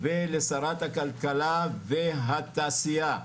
ולשרת הכלכלה והתעשייה,